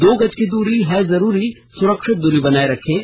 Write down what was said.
दो गज की दूरी है जरूरी सुरक्षित दूरी बनाए रखें